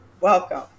welcome